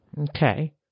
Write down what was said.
Okay